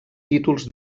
títols